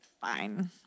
fine